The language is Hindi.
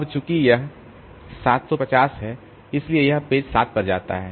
अब चूंकि यह 750 है इसलिए यह पेज 7 पर जाता है